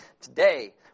Today